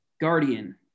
Guardian